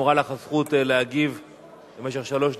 שמורה לך הזכות להגיב במשך שלוש דקות.